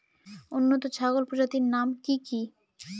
উন্নত ছাগল প্রজাতির নাম কি কি?